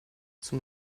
zum